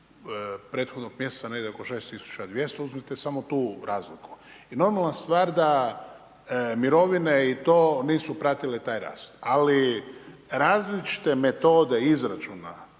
prethodnog mjeseca negdje oko 6200, uzmite samo tu razliku. I normalna stvar da mirovine i to nisu pratile taj rast ali različite metode izračuna